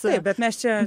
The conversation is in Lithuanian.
taip bet mes čia